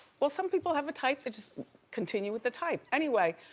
well some people have a type, they just continue with the type. anyway,